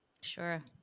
sure